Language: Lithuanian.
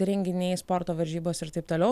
renginiai sporto varžybos ir taip toliau